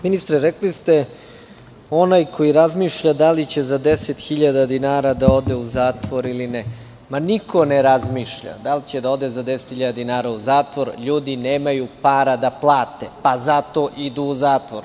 Ministre, rekli ste - onaj koji razmišlja da li će za 10.000 dinara da ode u zatvor ili ne, ma niko ne razmišlja da li će da ode za 10.000 dinara u zatvor, ljudi nemaju para da plate, pa zato idu u zatvor.